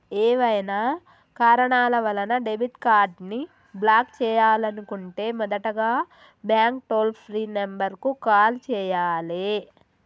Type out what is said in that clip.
ఏవైనా కారణాల వలన డెబిట్ కార్డ్ని బ్లాక్ చేయాలనుకుంటే మొదటగా బ్యాంక్ టోల్ ఫ్రీ నెంబర్ కు కాల్ చేయాలే